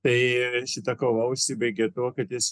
tai šita kova užsibaigia tuo kad jis